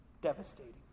Devastating